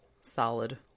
solid